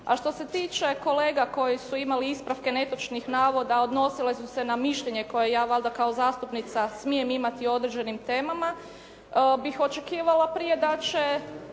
a što se tiče kolega koji su imali ispravke netočnih navoda odnosile su se na mišljenje koje ja valjda kao zastupnica smijem imati o određenim temama bih očekivala da će